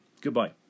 Goodbye